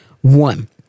one